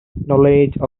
knowledge